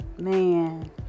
man